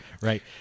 right